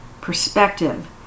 perspective